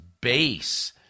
base